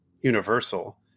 universal